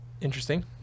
interesting